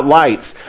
lights